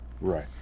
right